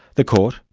the court,